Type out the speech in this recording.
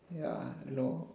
ya no